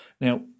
Now